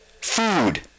food